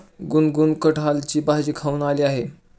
गुनगुन कठहलची भाजी खाऊन आली आहे